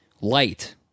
light